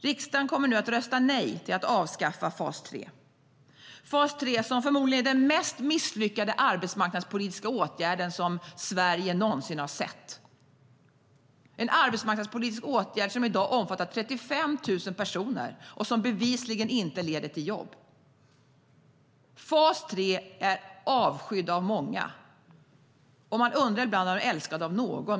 Riksdagen kommer nu att rösta nej till att avskaffa fas 3, förmodligen den mest misslyckade arbetsmarknadspolitiska åtgärden som Sverige någonsin har sett. Det är en arbetsmarknadspolitisk åtgärd som i dag omfattar 35 000 personer och som bevisligen inte leder till jobb. Fas 3 är avskydd av många, och man undrar ibland om den är älskad av någon.